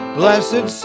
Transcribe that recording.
blessed